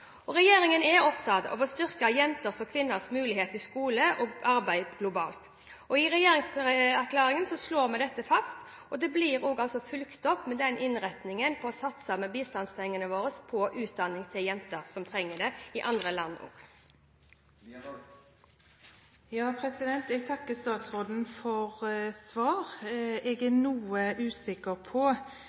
Regjeringen er opptatt av å styrke jenters og kvinners muligheter til skole og arbeid globalt. I regjeringserklæringen slår vi dette fast, og det blir også fulgt opp med innretningen på bistandspengene våre, hvor vi satser på utdanning til jenter som trenger det i andre land også. Jeg takker statsråden for svar. Jeg er noe usikker på